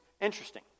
Interesting